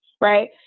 right